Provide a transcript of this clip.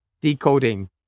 decoding